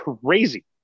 crazy